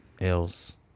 else